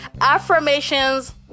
affirmations